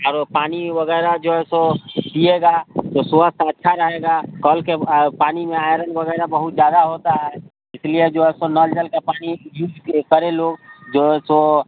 और वो पानी वगैरह जो है सो पिएगा तो स्वास्थ्य अच्छा रहेगा कल के पानी में आयरन वगैरह बहुत ज्यादा होता है इसलिए जो है सो नल जल का पानी यूज करें लोग जो है सो